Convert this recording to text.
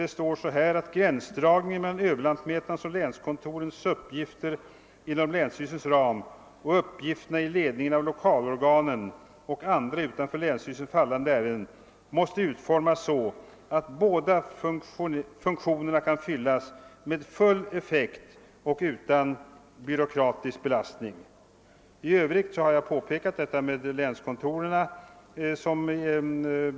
De har gjort mycket dyrbara investeringar, och de förbereder att förbättra dem ytterligare inför övergången till ADB-system.